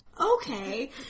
Okay